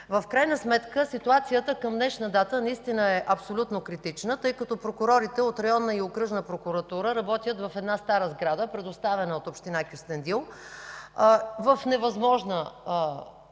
В крайна сметка ситуацията към днешна дата е абсолютно критична, тъй като прокурорите от Районна и Окръжна прокуратура работят в стара сграда, предоставена от община Кюстендил, в невъзможна